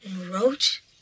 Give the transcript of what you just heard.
Roach